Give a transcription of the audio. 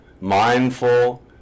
mindful